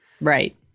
right